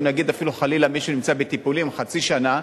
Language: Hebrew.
אם נגיד אפילו חלילה מישהו נמצא בטיפולים חצי שנה,